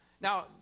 Now